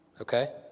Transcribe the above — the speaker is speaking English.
Okay